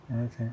okay